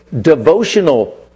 devotional